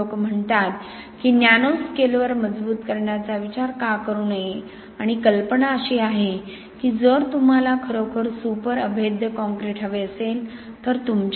म्हणून लोक म्हणतात की ते नॅनो स्केलवर मजबूत करण्याचा विचार का करू नये आणि कल्पना अशी आहे की जर तुम्हाला खरोखर सुपर अभेद्य काँक्रीट हवे असेल